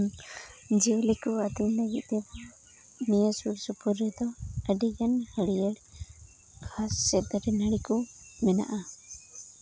ᱡᱤᱭᱟᱹᱞᱤ ᱠᱚ ᱟᱹᱛᱤᱧ ᱞᱟᱹᱜᱤᱫ ᱛᱮᱫᱚ ᱱᱤᱭᱟᱹ ᱥᱩᱨ ᱥᱩᱯᱩᱨ ᱨᱮᱫᱚ ᱟᱹᱰᱤᱜᱟᱱ ᱦᱟᱹᱨᱭᱟᱹᱲ ᱜᱷᱟᱥ ᱥᱮ ᱫᱟᱨᱮᱼᱱᱟᱹᱲᱤ ᱠᱚ ᱢᱮᱱᱟᱜᱼᱟ